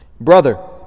Brother